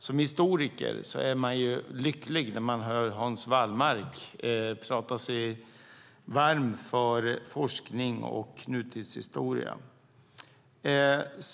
Som historiker är man lycklig när man hör Hans Wallmark tala sig varm för forskning och nutidshistoria.